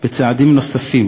ובצעדים נוספים